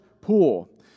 pool